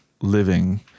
living